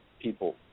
people